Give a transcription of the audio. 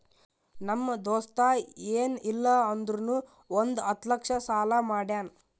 ನಮ್ ದೋಸ್ತ ಎನ್ ಇಲ್ಲ ಅಂದುರ್ನು ಒಂದ್ ಹತ್ತ ಲಕ್ಷ ಸಾಲಾ ಮಾಡ್ಯಾನ್